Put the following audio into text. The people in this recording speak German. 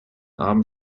arm